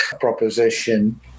proposition